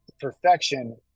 perfection